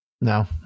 no